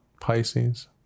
Pisces